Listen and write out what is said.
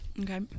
okay